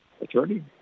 attorney